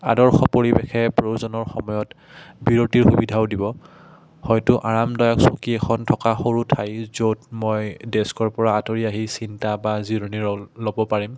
আদৰ্শ পৰিৱেশে প্ৰয়োজনৰ সময়ত বিৰতিৰ সুবিধাও দিব হয়তো আৰামদায়ক চকী এখন থকা সৰু ঠাই য'ত মই ডেস্কৰ পৰা আঁতৰি আহি চিন্তা বা জিৰণি ল ল'ব পাৰিম